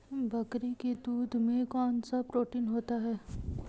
बकरी के दूध में कौनसा प्रोटीन होता है?